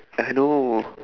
I know